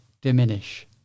diminish